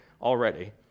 already